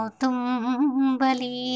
tumbali